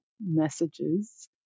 messages